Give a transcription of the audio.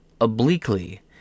obliquely